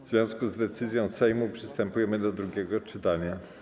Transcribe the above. W związku z decyzją Sejmu przystępujemy do drugiego czytania.